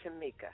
Tamika